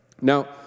Now